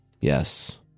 Yes